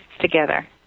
together